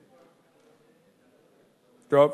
טוב.